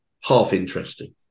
half-interesting